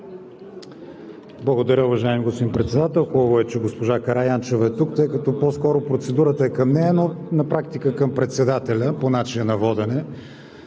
Благодаря, уважаеми господин Председател. Хубаво е, че госпожа Караянчева е тук, тъй като по-скоро процедурата е към нея, но на практика към председателя по начина на водене.